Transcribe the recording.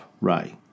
Ray